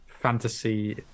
fantasy